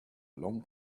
long